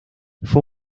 fue